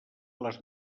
les